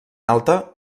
alta